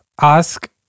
ask